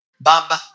Baba